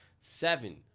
Seven